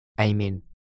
Amen